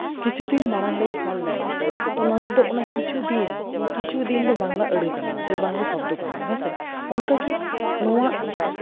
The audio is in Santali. ᱠᱤᱪᱷᱩ ᱫᱤᱱ ᱢᱟᱲᱟᱝᱨᱤᱧ ᱥᱮᱱ ᱞᱮᱱᱟ ᱛᱚ ᱱᱚᱸᱰᱮ ᱫᱚ ᱚᱱᱟ ᱠᱤᱪᱷᱩ ᱫᱤᱱ ᱠᱤᱪᱷᱩ ᱫᱤᱱ ᱫᱚ ᱵᱟᱝᱞᱟ ᱟᱹᱲᱟᱹ ᱠᱟᱱᱟ ᱥᱮ ᱵᱟᱝᱞᱟ ᱥᱚᱵᱽᱫᱚ ᱠᱟᱱᱟ ᱦᱮᱸᱥᱮ ᱚᱱᱠᱟᱜᱮ ᱱᱚᱣᱟ